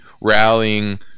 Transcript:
rallying